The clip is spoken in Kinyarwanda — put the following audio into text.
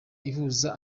ihuza